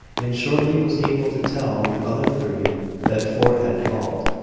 and shortly was able to tell the other three that fort had called,